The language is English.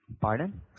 Pardon